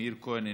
מאיר כהן,